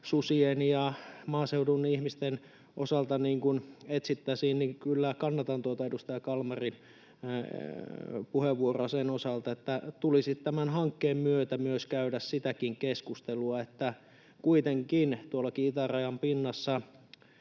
susien ja maaseudun ihmisten osalta etsittäisiin, niin kyllä kannatan tuota edustaja Kalmarin puheenvuoroa sen osalta, että tulisi tämän hankkeen myötä myös käydä sitäkin keskustelua, että kuitenkin tuollakin itärajan pinnassa